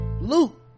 Luke